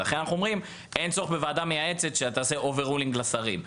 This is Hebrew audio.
לכן אנחנו אומרים: אין צורך בוועדה מייעצת שתעשה overruling לשרים,